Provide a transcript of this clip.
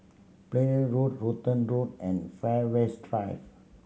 play Road Rutland Road and Fairways Drive